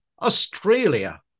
Australia